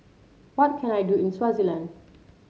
what can I do in Swaziland